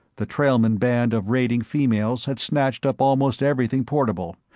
the trailmen band of raiding females had snatched up almost everything portable,